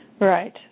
Right